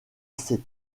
ces